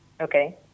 Okay